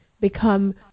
become